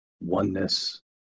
Oneness